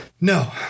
no